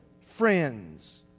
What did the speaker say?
friends